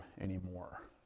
anymore